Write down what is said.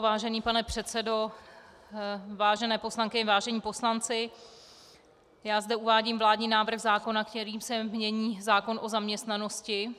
Vážený pane předsedo, vážené poslankyně, vážení poslanci, já zde uvádím vládní návrh zákona, kterým se mění zákon o zaměstnanosti.